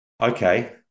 okay